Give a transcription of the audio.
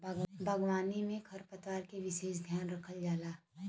बागवानी में खरपतवार क विसेस ध्यान रखल जाला